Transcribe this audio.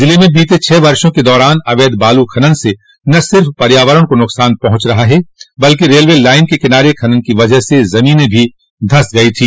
ज़िले में बीते छह वर्षो के दौरान अवैध बालू खनन से न सिर्फ पर्यावरण को नुकसान पहुंच रहा है बल्कि रेलवे लाइन के किनारे खनन की वजह से जमीनें भी धंस गई थी